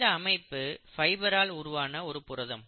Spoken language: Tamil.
இந்த அமைப்பு ஃபைபரால் உருவான புரதம்